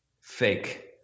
fake